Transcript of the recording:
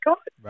God